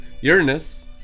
Uranus